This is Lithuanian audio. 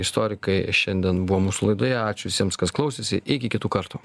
istorikai šiandien buvo mūsų laidoje ačiū visiems kas klausėsi iki kitų kartų